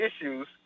issues